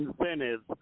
incentives